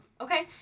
Okay